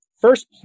first